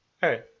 hey